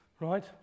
right